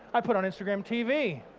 i put on instagram tv.